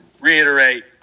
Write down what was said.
reiterate